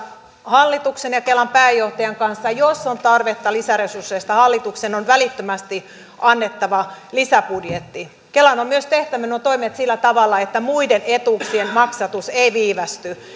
hallituksen ja kelan pääjohtajan kanssa että jos on tarvetta lisäresursseihin hallituksen on välittömästi annettava lisäbudjetti kelan on myös tehtävä nuo toimet sillä tavalla että muiden etuuksien maksatus ei viivästy